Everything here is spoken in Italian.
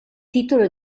titolo